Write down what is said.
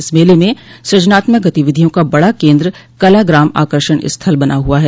इस मेले में सृजनात्मक गतिविधियों का बड़ा केंद्र कलाग्राम आकर्षण स्थल बना हुआ है